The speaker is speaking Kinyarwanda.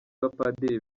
bapadiri